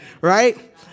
Right